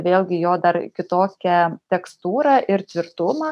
vėlgi jo dar kitokią tekstūrą ir tvirtumą